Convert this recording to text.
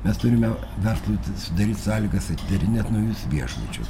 mes turime vertinti sudaryti sąlygas atidarinėt naujus viešbučius